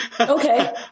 Okay